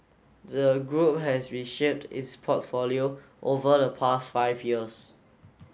the group has reshaped its portfolio over the past five years